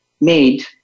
made